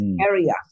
area